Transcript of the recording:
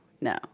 no